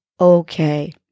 okay